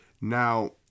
Now